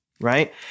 right